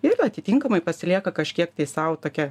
ir atitinkamai pasilieka kažkiek tai sau tokią